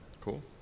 Cool